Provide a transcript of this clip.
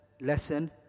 lesson